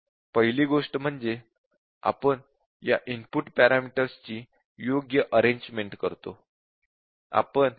पहिली गोष्ट म्हणजे आपण या इनपुट पॅरामीटर ची योग्य अरेन्ज्मन्ट करतो